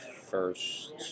first